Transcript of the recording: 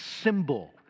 symbol